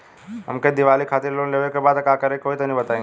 हमके दीवाली खातिर लोन लेवे के बा का करे के होई तनि बताई?